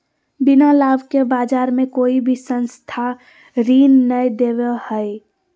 बिना लाभ के बाज़ार मे कोई भी संस्था ऋण नय देबो हय